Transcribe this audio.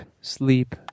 sleep